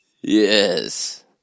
Yes